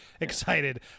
excited